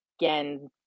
again